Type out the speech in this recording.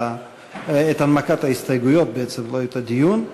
את הנמקת ההסתייגויות, בעצם, לא את הדיון.